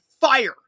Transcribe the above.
fire